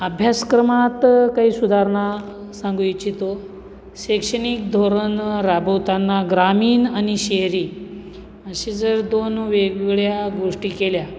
अभ्यासक्रमात काही सुधारणा सांगू इच्छितो शैक्षणिक धोरण राबवताना ग्रामीण आणि शहरी अशी जर दोन वेगवेगळ्या गोष्टी केल्या